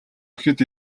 ихэд